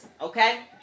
Okay